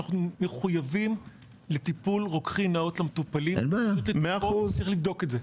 אנחנו מחויבים לטיפול רוקחי נאות למטופלים וצריך לבדוק את זה.